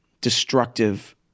destructive